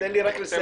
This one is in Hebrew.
תן לי רק לסיים.